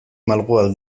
malguak